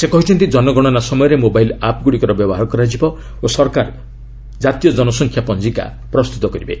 ସେ କହିଛନ୍ତି ଜନଗଣନା ସମୟରେ ମୋବାଇଲ ଆପ୍ ଗୁଡ଼ିକର ବ୍ୟବହାର କରାଯିବ ଓ ସରକାର ଜାତୀୟ ଜନସଂଖ୍ୟା ପଞ୍ଜିକା ପ୍ରସ୍ତୁତ କରିବେ